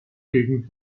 gegen